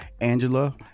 Angela